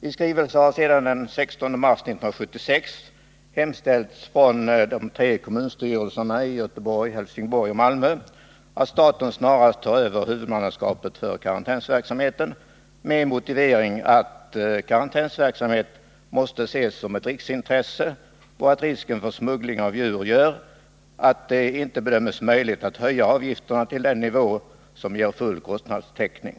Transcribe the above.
I skrivelse den 16 mars 1976 hemställde de tre kommunstyrelserna i Göteborg, Helsingborg och Malmö att staten snarast tar över huvudmannaskapet för karantänsverksamheten, med motivering att karantänsverksamheten måste ses som ett riksintresse och att risken för smuggling av djur gör att det inte bedöms möjligt att höja avgifterna till den nivå som ger full kostnadstäckning.